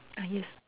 ah yes